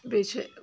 بیٚیہِ چھِ